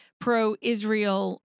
pro-Israel